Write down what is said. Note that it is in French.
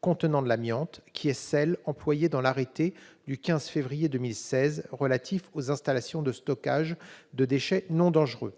contenant de l'amiante », laquelle est employée dans l'arrêté du 15 février 2016 relatif aux installations de stockage de déchets non dangereux.